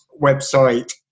website